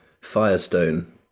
Firestone